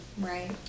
Right